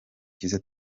cyiza